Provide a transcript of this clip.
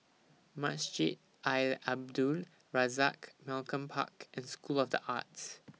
Masjid Al Abdul Razak Malcolm Park and School of The Arts